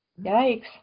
Yikes